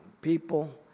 people